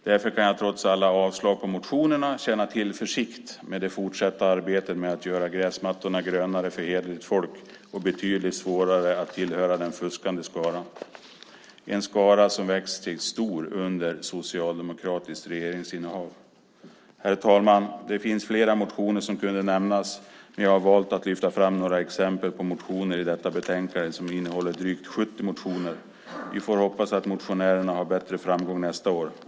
Därför kan jag trots alla avstyrkta motioner känna tillförsikt i det fortsatta arbetet med att göra gräsmattorna grönare för hederligt folk och att göra det betydligt svårare att tillhöra den fuskande skaran - en skara som vuxit sig stor under socialdemokratiskt regeringsinnehav. Herr talman! Det finns fler motioner som kunde nämnas, men jag har valt att lyfta fram några exempel från detta betänkande, som innehåller drygt 70 motioner. Vi får hoppas att motionärerna har bättre framgång nästa gång.